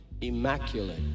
immaculate